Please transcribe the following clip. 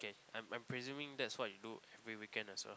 kay I'm I'm presuming that's what you do every weekend also